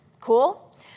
Cool